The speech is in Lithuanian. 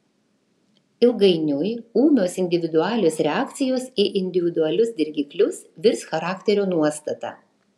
ilgainiui ūmios individualios reakcijos į individualius dirgiklius virs charakterio nuostata